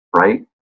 right